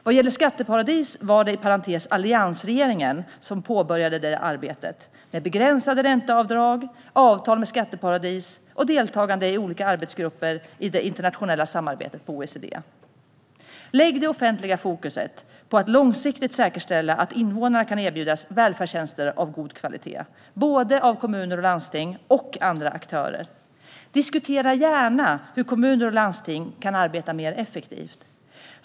Beträffande skatteparadis var det, inom parentes sagt, alliansregeringen som påbörjade arbetet med begränsade ränteavdrag, avtal med skatteparadis och deltagande i olika arbetsgrupper i det internationella samarbetet inom OECD. Lägg det offentliga fokuset på att långsiktigt säkerställa att invånarna kan erbjudas välfärdstjänster av god kvalitet, av både kommuner och landsting och av andra aktörer. Diskutera gärna hur kommuner och landsting kan arbeta mer effektivt.